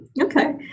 Okay